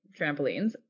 trampolines